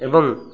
ଏବଂ